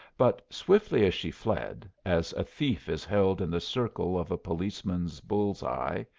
but swiftly as she fled, as a thief is held in the circle of a policeman's bull's-eye,